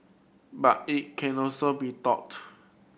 but it can also be taught